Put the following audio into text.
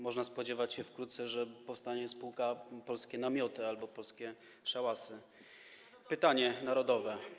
Można spodziewać się wkrótce, że powstanie spółka Polskie Namioty albo Polskie Szałasy Narodowe.